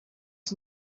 was